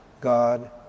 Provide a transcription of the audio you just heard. God